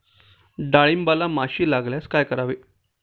डाळींबाला माशी लागल्यास काय करावे?